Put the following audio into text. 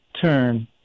turn